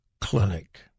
clinic